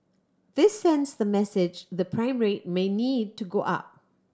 this sends the message the prime rate may need to go up